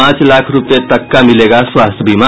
पांच लाख रूपये तक का मिलेगा स्वास्थ्य बीमा